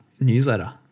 newsletter